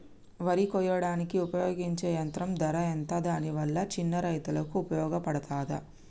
వరి కొయ్యడానికి ఉపయోగించే యంత్రం ధర ఎంత దాని వల్ల చిన్న రైతులకు ఉపయోగపడుతదా?